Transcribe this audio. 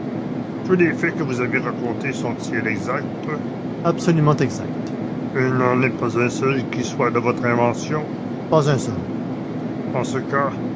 tous les faits que vous avez racontés sont-ils exacts absolument exacts il n'en est pas un seul qui soit de votre invention pas un seul en ce cas